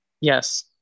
Yes